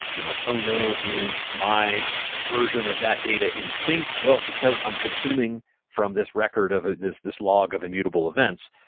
you know oh no! is my version of that data in sync? well, because i'm consuming from this record of this this log of immutable events.